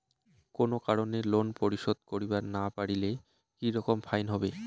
কোনো কারণে লোন পরিশোধ করিবার না পারিলে কি রকম ফাইন হবে?